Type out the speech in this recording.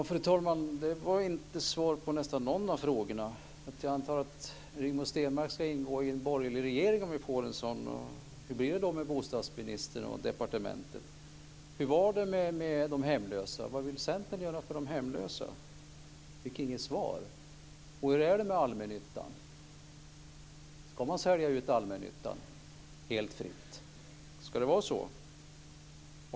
Fru talman! Det var inte svar på nästan någon av mina frågor. Jag antar att Rigmor Stenmark ska ingå i en borgerlig regering, om vi får en sådan. Hur blir det då med bostadsministern och departementet? Hur var det med de hemlösa? Vad vill Centern göra för de hemlösa? Jag fick inget svar. Hur är det med allmännyttan? Ska man sälja ut allmännyttan helt fritt? Ska det vara så?